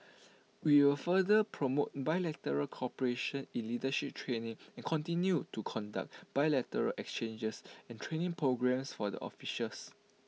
we will further promote bilateral cooperation in leadership training and continue to conduct bilateral exchanges and training programs for the officials